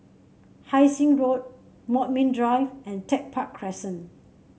Hai Sing Road Bodmin Drive and Tech Park Crescent